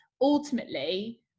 ultimately